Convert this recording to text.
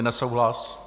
Nesouhlas.